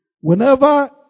Whenever